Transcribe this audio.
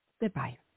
Goodbye